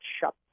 shut